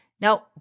Now